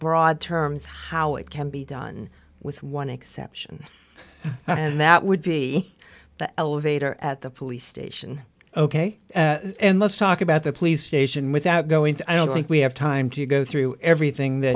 broad terms how it can be done with one exception and that would be the elevator at the police station ok and let's talk about the police station without going to i don't think we have time to go through everything th